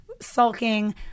sulking